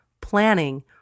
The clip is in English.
planning